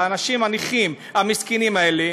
לאנשים הנכים המסכנים האלה,